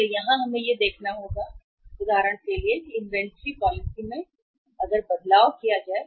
इसलिए यहां हमें यह देखना होगा कि उदाहरण के लिए इन्वेंट्री पॉलिसी में बदलाव किया जाए